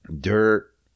Dirt